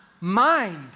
mind